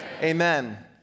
Amen